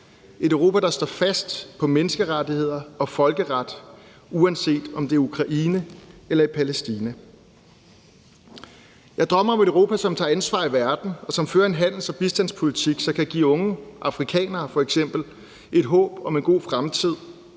Et Europa, der står fast på menneskerettigheder og folkeret, uanset om det er i Ukraine eller i Palæstina. Jeg drømmer om et Europa, som tager ansvar i verden, og som fører en handels- og bistandspolitik, som kan give f.eks. unge afrikanere et håb om en god fremtid